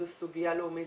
זאת סוגיה לאומית,